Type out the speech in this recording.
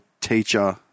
teacher